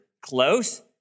close